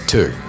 Two